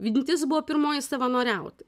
mintis buvo pirmoji savanoriaut